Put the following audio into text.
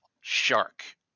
shark